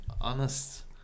honest